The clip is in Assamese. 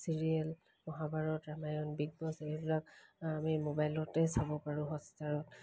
চিৰিয়েল মহাভাৰত ৰামায়ণ বিগবছ এইবিলাক আমি মোবাইলতে চাব পাৰোঁ হটষ্টাৰত